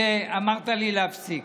שאמרת לי להפסיק.